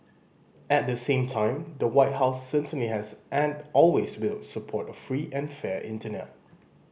at the same time the White House certainly has and always will support a free and fair Internet